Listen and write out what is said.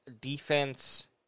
defense